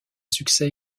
succès